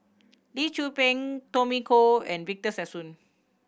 Lee Tzu Pheng Tommy Koh and Victor Sassoon